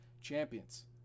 Champions